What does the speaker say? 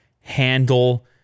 handle